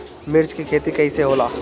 मिर्च के खेती कईसे होला?